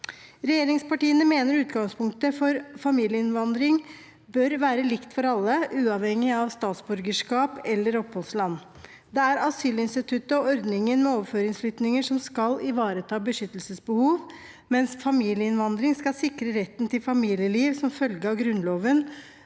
Regjeringspartiene mener utgangspunktet for familieinnvandring bør være likt for alle, uavhengig av statsborgerskap eller oppholdsland. Det er asylinstituttet og ordningen med overføringsflyktninger som skal ivareta beskyttelsesbehov, mens familieinnvandring skal sikre retten til familieliv som følge av Grunnloven